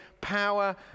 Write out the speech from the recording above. power